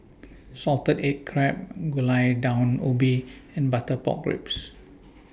Salted Egg Crab and Gulai Daun Ubi and Butter Pork Ribs